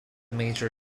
major